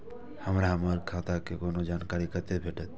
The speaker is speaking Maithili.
हमरा हमर खाता के कोनो जानकारी कतै भेटतै?